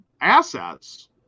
assets